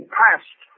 past